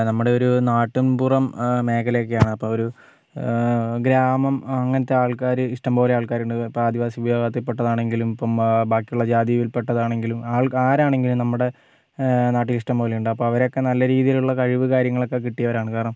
നമ്മുടെ ഒരു നാട്ടിൻപുറം മേഖലയൊക്കെയാണ് അപ്പോൾ ഒരു ഗ്രാമം അങ്ങനത്തെ ആൾക്കാർ ഇഷ്ടംപോലെ ആൾക്കാരുണ്ട് ഇപ്പോൾ ആദിവാസി വിഭാഗത്തിൽ പെട്ടതാണെങ്കിലും ഇപ്പം ബാക്കിയുള്ള ജാതിയിൽ പെട്ടതാണെങ്കിലും അരാണെങ്കിലും നമ്മടെ നാട്ടിൽ ഇഷ്ടംപോലെയുണ്ട് അപ്പോൾ അവരെയൊക്കെ നല്ല രീതിലുള്ള കഴിവ് കാര്യങ്ങളൊക്കെ കിട്ടിയവരാണ് കാരണം